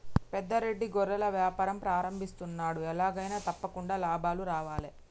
పెద్ద రెడ్డి గొర్రెల వ్యాపారం ప్రారంభిస్తున్నాడు, ఎలాగైనా తప్పకుండా లాభాలు రావాలే